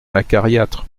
acariâtre